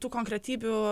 tų konkretybių